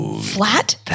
flat